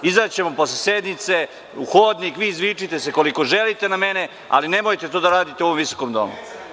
Izaći ćemo posle sednice u hodnik, vi se izvičite koliko želite na mene, ali, nemojte to da radite u ovom visokom domu.